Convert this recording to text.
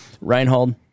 Reinhold